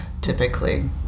typically